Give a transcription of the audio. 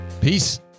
Peace